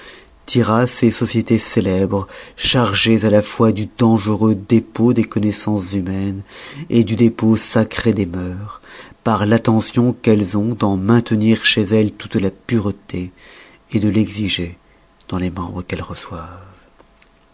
tira ces sociétés célèbres chargées à-la-fois du dangereux dépôt des connoissances humaines du dépôt sacré des mœurs par l'attention qu'elles ont d'en maintenir chez elles toute la pureté de l'exiger dans les membres qu elles reçoivent